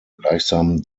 gleichsam